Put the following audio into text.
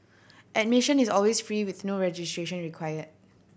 admission is always free with no registration required